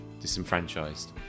disenfranchised